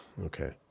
Okay